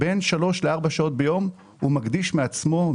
בין שלוש לארבע שעות ביום הוא מקדיש מעצמו,